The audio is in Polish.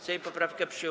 Sejm poprawkę przyjął.